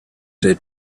say